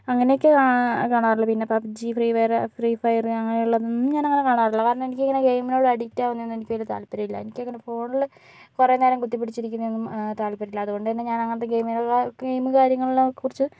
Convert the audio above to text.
അങ്ങനെയൊക്കെയേ കാണാറ് കാണാറുള്ളു പിന്നെ പബ്ജി പിന്നെ ഫ്രീ ഫയർ അങ്ങനെയുള്ളതൊന്നും ഞാനങ്ങനെ കാണാറില്ല കാരണം എനിക്കിങ്ങനെ ഗെയിംനോട് അഡിക്ട് ആകുന്നതൊന്നും എനിക്ക് വല്യ താൽപര്യോല്ല്യ എനിക്ക് അങ്ങനെ ഫോണിൽ കുറെ നേരം കുത്തിപ്പിടിച്ചിരിക്കുന്നതൊന്നും താൽപര്യവുമില്ല അതുകൊണ്ട് തന്നെ ഞാനങ്ങനത്തെ ഗെയിം ഗെയിം കാര്യങ്ങളെക്കുറിച്ചു